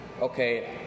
okay